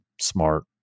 smart